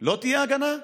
לא תהיה הגנה?